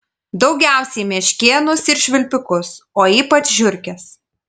daugiausiai meškėnus ir švilpikus o ypač žiurkes